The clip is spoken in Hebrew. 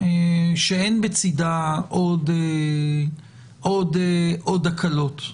שאין בצדה עוד הקלות,